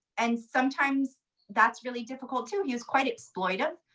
and sometimes that's really difficult, too. he was quite exploitive.